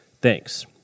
Thanks